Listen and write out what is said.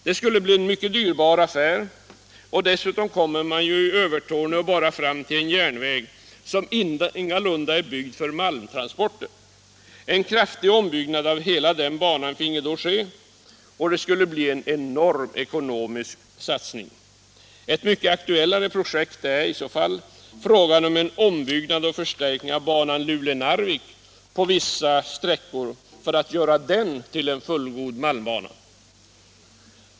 Det skulle bli en mycket dyrbar affär, och dessutom kommer man i Övertorneå bara fram till en järnväg som ingalunda är byggd för malmtransporter. En kraftig ombyggnad av hela den banan finge då ske, och det skulle bli en enorm ekonomisk satsning. Ett mycket aktuellare projekt är då en ombyggnad och förstärkning av banan Luleå-Narvik på vissa sträckor för att göra den till en fullgod malmbana.